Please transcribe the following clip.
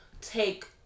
take